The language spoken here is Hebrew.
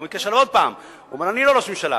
והוא מתקשר עוד פעם, והוא אומר: אני לא ראש ממשלה.